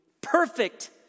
perfect